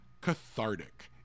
cathartic